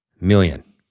million